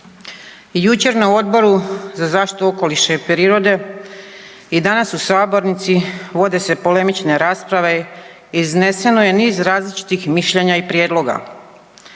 Jučer na Odboru za zaštitu okoliša i prirode i danas u sabornici vode se polemične rasprave, izneseno je niz različitih mišljenja i prijedloga.